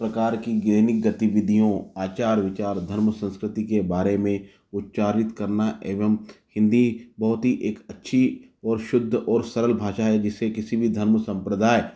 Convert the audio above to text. प्रकार की दैनिक गतिविधियों आचार विचार धर्म संस्कृति के बारे में उच्चारित करना एवं हिन्दी बहुत ही एक अच्छी और शुद्ध और सरल भाषा है जिससे किसी भी धर्म संप्रदाय